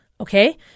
Okay